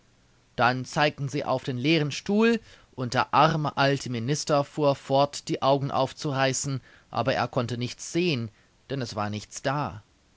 dann zeigten sie auf den leeren stuhl und der arme alte minister fuhr fort die augen aufzureißen aber er konnte nichts sehen denn es war nichts da